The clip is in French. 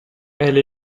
elle